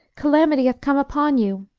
calamity hath come upon you